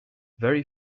very